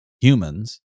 humans